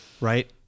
right